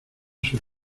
sus